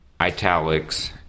italics